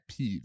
peeves